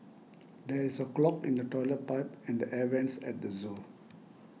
there is a clog in the Toilet Pipe and the Air Vents at the zoo